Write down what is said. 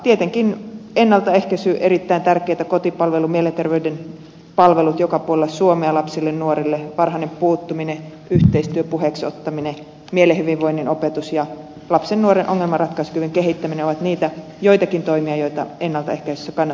tietenkin ennaltaehkäisy erittäin tärkeää kotipalvelut mielenterveyden palvelut joka puolella suomea lapsille nuorille varhainen puuttuminen yhteistyö puheeksiottaminen mielen hyvinvoinnin opetus ja lapsen nuoren ongelmaratkaisukyvyn kehittäminen ovat niitä joitakin toimia joita ennaltaehkäisyssä kannattaa käyttää